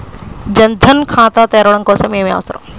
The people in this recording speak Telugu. జన్ ధన్ ఖాతా తెరవడం కోసం ఏమి అవసరం?